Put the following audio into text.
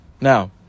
Now